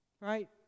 Right